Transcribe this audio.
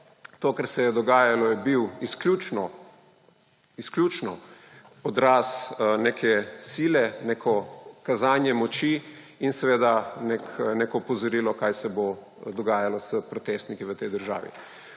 To, kar se je dogajalo, je bil izključno odraz neke sile, neko kazanje moči in seveda neko opozorilo, kaj se bo dogajalo s protestniki v tej državi.